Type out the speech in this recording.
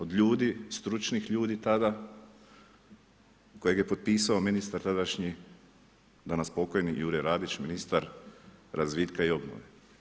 Od ljudi, stručnih ljudi tada kojeg je potpisao ministar tadašnji, danas pokojni Jure Radić ministar razvitka i obnove.